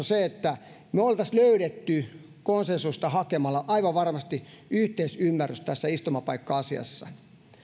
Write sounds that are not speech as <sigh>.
<unintelligible> se että me olisimme löytäneet konsensusta hakemalla aivan varmasti yhteisymmärryksen tässä istumapaikka asiassa